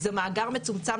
זהו מאגר מצומצם,